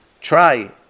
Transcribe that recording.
Try